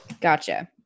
gotcha